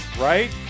right